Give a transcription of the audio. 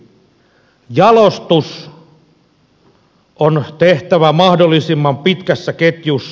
jalostus on tehtävä mahdollisimman pitkässä ketjussa